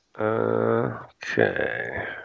Okay